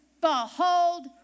Behold